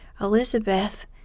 Elizabeth